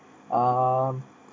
mmhmm